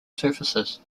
surfaces